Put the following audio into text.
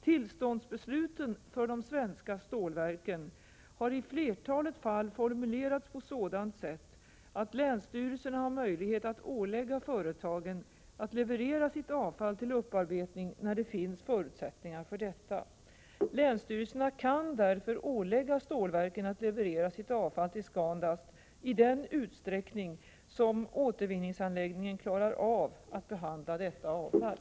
Tillståndsbesluten för de svenska stålverken har i flertalet fall formulerats på sådant sätt att länsstyrelserna har möjlighet att ålägga företagen att leverera sitt avfall till upparbetning när det finns förutsättningar för detta. Länsstyrelserna kan därför ålägga stålverken att leverera sitt avfall till ScanDust i den utsträckning som återvinningsanläggningen klarar av att behandla detta avfall.